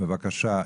בבקשה.